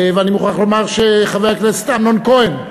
ואני מוכרח לומר שחבר הכנסת אמנון כהן,